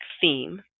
theme